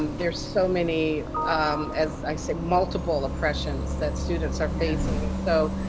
um there's so many as i said multiple oppressions that students are facing. and so,